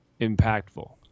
impactful